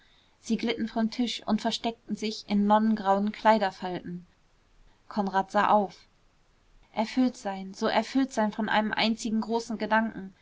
sie glitten vom tisch und versteckten sich in nonnengrauen kleiderfalten konrad sah auf erfüllt sein so erfüllt von einem einzigen großen gedanken